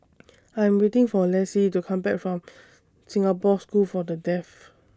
I Am waiting For Lessie to Come Back from Singapore School For The Deaf